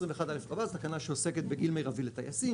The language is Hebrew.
21א רבה זו תקנה שעוסקת בגיל מירבי של טייסים,